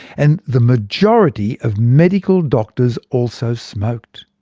and the majority of medical doctors also smoked.